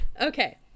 okay